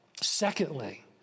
Secondly